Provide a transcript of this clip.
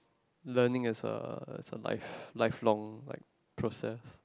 learning as a as a live live long like process